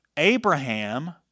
Abraham